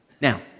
Now